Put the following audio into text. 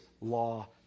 law